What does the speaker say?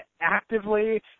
actively